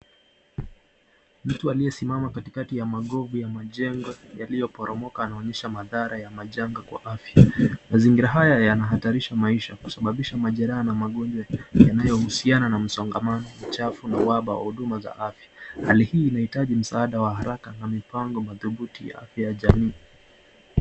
Mtu aliyesimama katikati ya magovu ya majengo yaliyo poromoka anaonyesha madhara ya majanga kwa afya. Mazingira haya yanahatarisha maisha kusababisha majeraha na magonjwa yanayohusiana na msongamano, uchafu na uhaba wa huduma za afya, hali hii inahitaji msaada wa haraka na mipango madhubuti ya jamii.